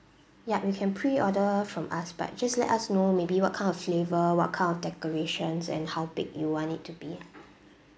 ya you can pre-order from us but just let us know maybe what kind of flavor what kind of decorations and how big you want it to be